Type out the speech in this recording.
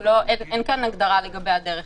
אין כאן הגדרה לגבי הדרך,